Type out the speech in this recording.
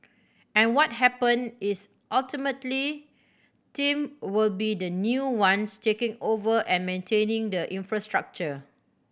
and what happen is ultimately team will be the new ones taking over and maintaining the infrastructure